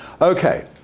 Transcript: Okay